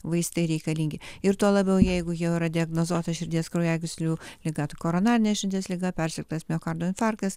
vaistai reikalingi ir tuo labiau jeigu jau yra diagnozuota širdies kraujagyslių liga koronarine širdies liga persirgtas miokardo infarktas